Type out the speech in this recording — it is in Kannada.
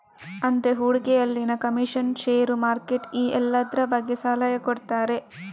ಅಂದ್ರೆ ಹೂಡಿಕೆಯಲ್ಲಿನ ಕಮಿಷನ್, ಷೇರು, ಮಾರ್ಕೆಟ್ ಈ ಎಲ್ಲದ್ರ ಬಗ್ಗೆ ಸಲಹೆ ಕೊಡ್ತಾರೆ